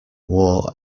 wore